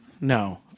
No